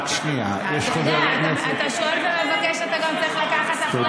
אתה שואל ומבקש, אתה צריך גם לקחת אחריות.